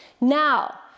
Now